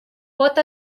pot